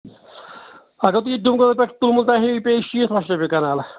اَگر تُہۍ یہِ ڈُمہٕ کٔدل پٮ۪ٹھ تُلمُل تانۍ ہیٚیِو یہِ پیٚیہِ شیٖتھ لچھ رۄپیہِ کَنال